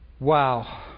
Wow